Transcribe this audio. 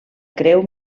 creu